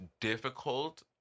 difficult